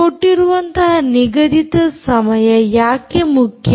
ಕೊಟ್ಟಿರುವಂತಹ ನಿಗದಿತ ಸಮಯ ಯಾಕೆ ಮುಖ್ಯ